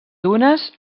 dunes